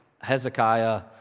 Hezekiah